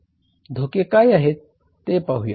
धोके काय आहेत ते पाहूया